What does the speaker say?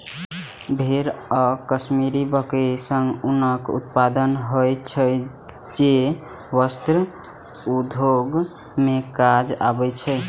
भेड़ आ कश्मीरी बकरी सं ऊनक उत्पादन होइ छै, जे वस्त्र उद्योग मे काज आबै छै